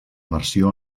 versió